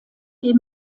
die